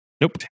Nope